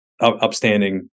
upstanding